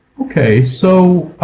okay so